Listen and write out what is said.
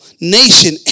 nation